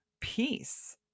peace